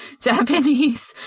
Japanese